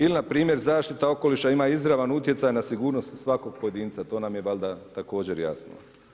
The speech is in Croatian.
Ili na primjer zaštita okoliša ima izravan utjecaj na sigurnost svakog pojedinca, to nam je valjda također jasno.